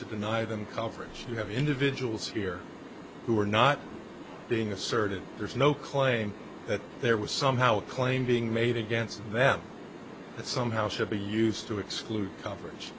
to deny them coverage you have individuals here who are not being asserted there's no claim that there was somehow a claim being made against them that somehow should be used to exclude coverage